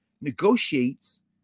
negotiates